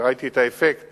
וראיתי את האפקט